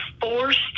forced